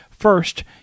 First